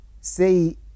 say